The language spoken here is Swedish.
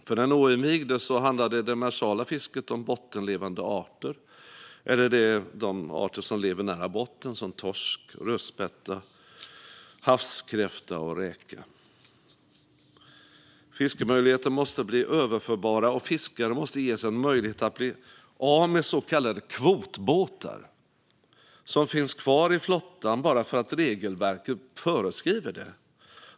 För den oinvigde handlar det demersala fisket om bottenlevande arter eller de som lever nära botten, som torsk, rödspotta, havskräfta och räka. Fiskemöjligheter måste bli överförbara. Fiskare måste också ges en möjlighet att bli av med så kallade kvotbåtar, som enbart finns kvar i flottan därför att regelverket föreskriver det.